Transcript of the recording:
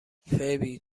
فیبی